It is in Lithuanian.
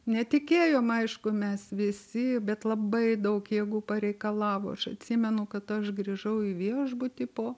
netikėjom aišku mes visi bet labai daug jėgų pareikalavo aš atsimenu kad aš grįžau į viešbutį po